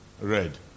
red